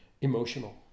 emotional